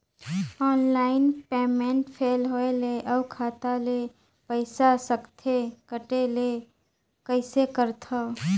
Online payment fail होय ले अउ खाता ले पईसा सकथे कटे ले कइसे करथव?